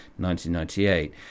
1998